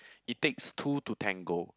it takes two to tango